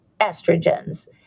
estrogens